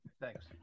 Thanks